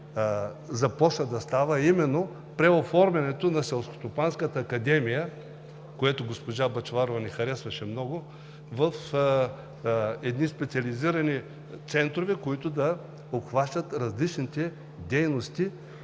започна да става, а именно преоформянето на Селскостопанската академия, което госпожа Бъчварова не харесваше много, в едни специализирани центрове, които да обхващат различните дейности